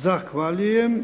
Zahvaljujem.